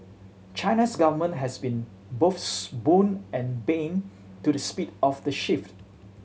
China's government has been both boon and bane to the speed of the shift